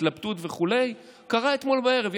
התלבטות וכו' קרה אתמול בערב,